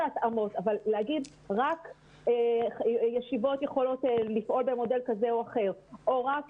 ההתאמות אבל להגיד רק ישיבות יכולות לפעול במודל כזה או אחר או רק